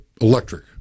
electric